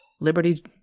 Liberty